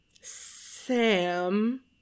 Sam